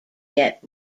yet